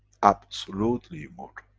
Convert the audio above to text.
absolutely immortal.